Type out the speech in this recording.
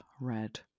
red